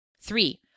Three